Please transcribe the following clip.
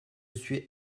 suis